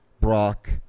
Brock